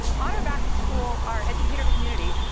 on our back to school our educator community,